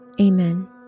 Amen